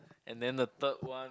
and then the third one